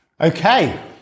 Okay